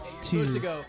two